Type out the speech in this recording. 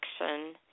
action